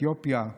אתיופיה,